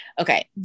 Okay